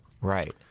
Right